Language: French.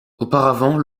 auparavant